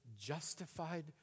justified